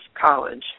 college